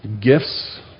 Gifts